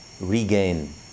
regain